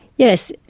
yes,